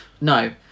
no